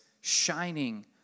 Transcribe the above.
shining